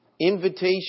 invitation